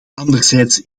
anderzijds